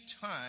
time